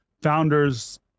founders